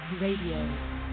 Radio